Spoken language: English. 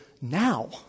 now